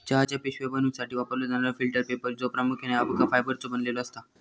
चहाच्या पिशव्या बनवूसाठी वापरलो जाणारो फिल्टर पेपर ह्यो प्रामुख्याने अबका फायबरचो बनलेलो असता